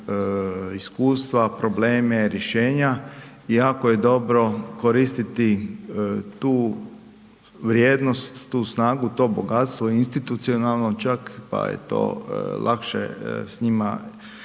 iskustva, probleme, rješenja i jako je dobro koristiti tu vrijednost, tu snagu, to bogatstvo i institucionalno čak pa je to lakše s njima